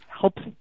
helps